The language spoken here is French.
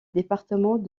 département